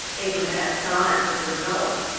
even perhaps science as a result.